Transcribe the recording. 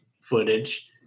footage